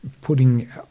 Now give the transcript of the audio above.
putting